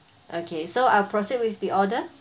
okay so I'll proceed with the order